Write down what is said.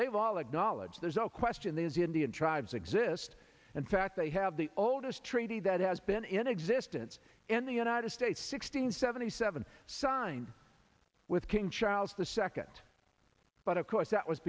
they've all acknowledge there's no question these indian tribes exist in fact they have the oldest treaty that has been in existence in the united states sixteen seventy seven signed with king charles the second but of course that was